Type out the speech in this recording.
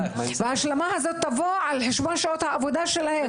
וההשלמה הזאת תבוא על חשבון שעות העבודה שלהם.